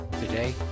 Today